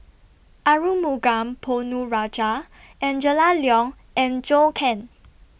Arumugam Ponnu Rajah Angela Liong and Zhou Can